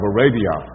Arabia